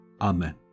Amen